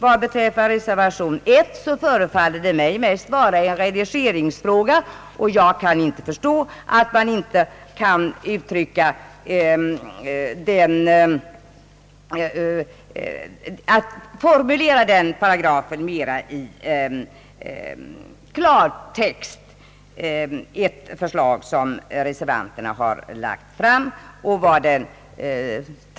Vad beträffar reservation I förefaller den mig mest gälla en redigeringsfråga, och jag kan inte förstå, att man inte kan formulera den paragraf som det är fråga om i klartext. Reservanterna har framlagt förslag härom.